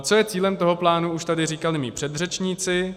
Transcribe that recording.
Co je cílem toho plánu, už tady říkali mí předřečníci.